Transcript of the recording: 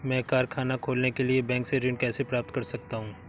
मैं कारखाना खोलने के लिए बैंक से ऋण कैसे प्राप्त कर सकता हूँ?